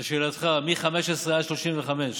לשאלתך, מ-15 עד 35,